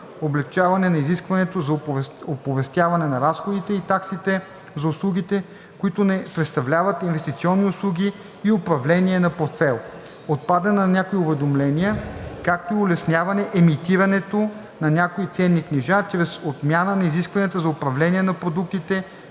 облекчаване на изискването за оповестяване на разходите и таксите за услугите, които не представляват инвестиционни съвети и управление на портфейл, отпадане на някои уведомления, както и улесняване емитирането на някои ценни книжа чрез отмяна на изискванията за управление на продуктите